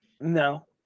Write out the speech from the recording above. No